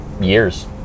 years